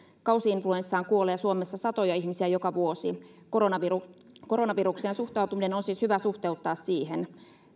kausi influenssaan kuolee suomessa satoja ihmisiä joka vuosi koronavirukseen suhtautuminen on siis hyvä suhteuttaa siihen